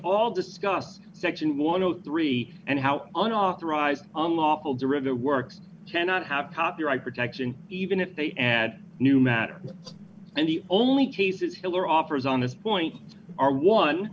all discuss section want to three and how unauthorized unlawful derivative works cannot have copyright protection even if they add new matter and the only cases hiller offers on this point are one